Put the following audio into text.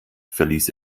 verließ